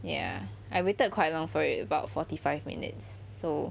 ya I waited quite long for it about forty five minutes so